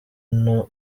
nto